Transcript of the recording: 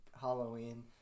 Halloween